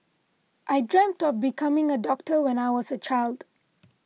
I dreamt of becoming a doctor when I was a child